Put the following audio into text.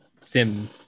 sim